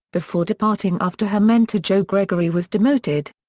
before departing after her mentor joe gregory was demoted.